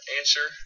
answer